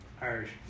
Irish